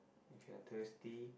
if you're thirsty